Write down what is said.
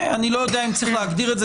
אני לא יודע אם צריך להגדיר את זה